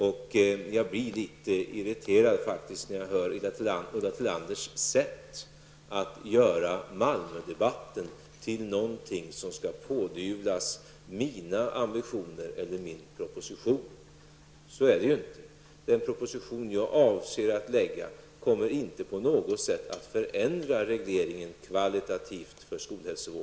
Jag blir faktiskt litet irriterad över Ulla Tillanders sätt att göra Malmödebatten till någonting som skall pådyvlas mina ambitioner och min proposition. Den proposition som jag har för avsikt att lägga fram kommer inte att på något vis förändra skolhälsovården kvalitativt.